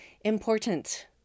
important